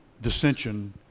dissension